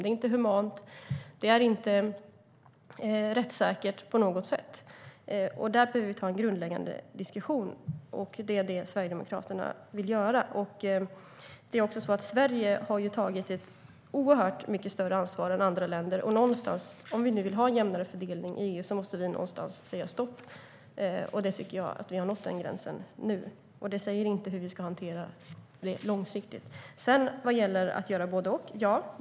Det är inte humant, och det är inte rättssäkert på något sätt. Vi behöver ta en grundläggande diskussion om detta, och det är det Sverigedemokraterna vill göra. Sverige har tagit ett oerhört mycket större ansvar än andra länder. Om vi nu vill ha en jämnare fördelning i EU måste vi någonstans säga stopp, och jag tycker att vi har nått den gränsen nu. Det säger inget om hur vi ska hantera det långsiktigt. Kenneth G Forslund talar om att göra både och.